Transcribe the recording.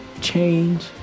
change